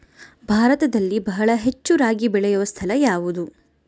ಭಾರತದಲ್ಲಿ ಬಹಳ ಹೆಚ್ಚು ರಾಗಿ ಬೆಳೆಯೋ ಸ್ಥಳ ಯಾವುದು?